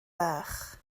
bach